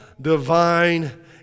divine